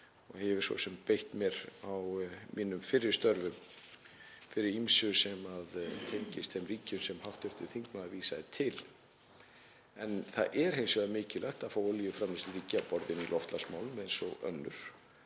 Ég hef svo sem beitt mér í mínum fyrri störfum fyrir ýmsu sem tengist þeim ríkjum sem hv. þingmaður vísaði til. En það er hins vegar mikilvægt að fá olíuframleiðsluríki að borðinu í loftslagsmálum eins og önnur.